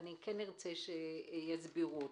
וארצה שיסבירו אותו.